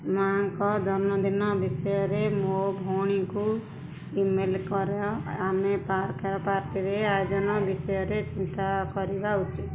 ମା'ଙ୍କ ଜନ୍ମଦିନ ବିଷୟରେ ମୋ ଭଉଣୀକୁ ଇ ମେଲ୍ କର ଆମେ ପାର୍କରେ ପାର୍ଟିର ଆୟୋଜନ ବିଷୟରେ ଚିନ୍ତା କରିବା ଉଚିତ୍